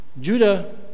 Judah